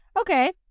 Okay